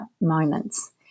moments